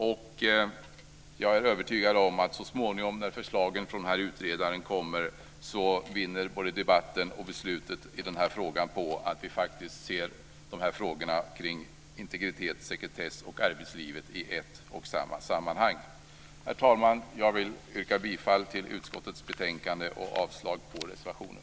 Jag är också övertygad om att när förslagen från utredaren så småningom kommer vinner både debatten och beslutet i den här frågan på att vi faktiskt ser frågorna kring integritet, sekretess och arbetsliv i ett och samma sammanhang. Herr talman! Jag vill yrka bifall till hemställan i utskottets betänkande och avslag på reservationen.